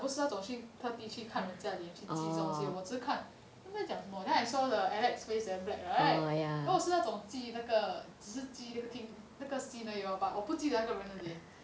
我不是那种去特地去看人家的脸去记那种东西我只看他们讲什么 then I saw the alex face very black right then 如果是那种记只是记那个听那个 scene 而已 lor but 我不记得那个人的脸